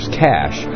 cash